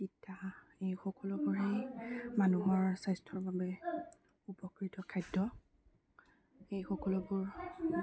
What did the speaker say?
তিতা এই সকলোবোৰেই মানুহৰ স্বাস্থ্যৰ বাবে উপকৃত খাদ্য এই সকলোবোৰ